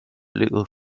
little